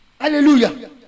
hallelujah